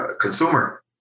consumer